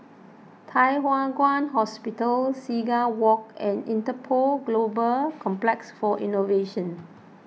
Thye Hua Kwan Hospital Seagull Walk and Interpol Global Complex for Innovation